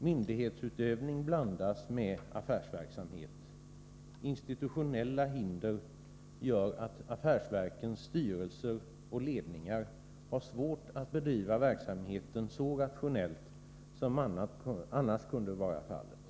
Myndighetsutövning blandas med affärsverksamhet. Institutionella hinder gör att affärsverkens styrelser och ledningar har svårt att bedriva verksamheten så rationellt som annars kunde vara fallet.